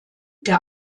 der